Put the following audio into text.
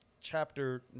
chapter